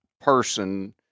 person –